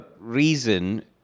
reason